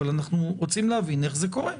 אבל אנחנו רוצים להבין איך זה קורה.